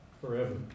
forever